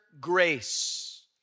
grace